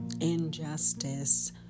injustice